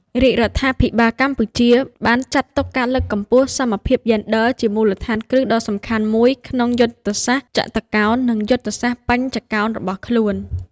រាជរដ្ឋាភិបាលកម្ពុជាបានចាត់ទុកការលើកកម្ពស់សមភាពយេនឌ័រជាមូលដ្ឋានគ្រឹះដ៏សំខាន់មួយក្នុងយុទ្ធសាស្ត្រចតុកោណ និងយុទ្ធសាស្ត្របញ្ចកោណរបស់ខ្លួន។